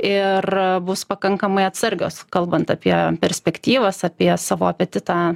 ir bus pakankamai atsargios kalbant apie perspektyvas apie savo apetitą